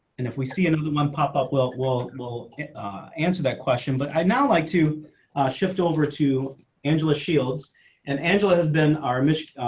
and if we see any of the month pop up will will will answer that question. but i'd like to shift over to angela shields and angela has been our mission.